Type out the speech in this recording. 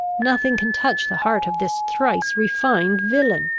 nothing can touch the heart of this thrice-refined villain.